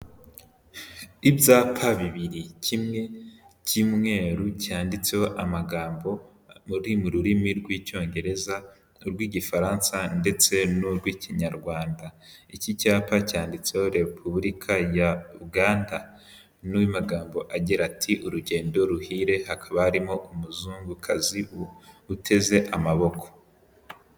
Ibyapa bibiri, kimwe cy'imweru cyanditseho amagambo ari mu rurimi rw'icyongereza n'urw'igifaransa ndetse n'urw'ikinyarwanda. Iki cyapa cyanditseho Repubulika ya Uganda. N'amagambo agira ati urugendo ruhire, hakaba harimo umuzungukazi uteze amaboko.